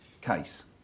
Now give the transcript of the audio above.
case